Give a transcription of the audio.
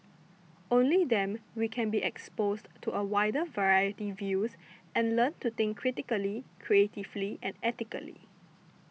only them we can be exposed to a wider variety views and learn to think critically creatively and ethically